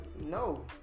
no